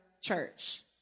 church